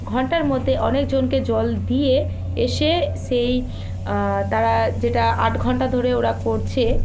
ঘন্টার মধ্যে অনেক জনকে জল দিয়ে এসে সেই তারা যেটা আট ঘন্টা ধরে ওরা করছে